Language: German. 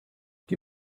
die